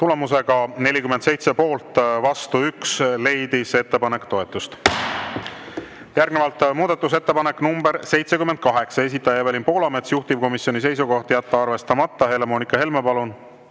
Tulemusega 47 poolt, vastu 1, leidis ettepanek toetust. Järgnevalt muudatusettepanek nr 78, esitaja Evelin Poolamets, juhtivkomisjoni seisukoht on jätta arvestamata. Helle-Moonika Helme, palun!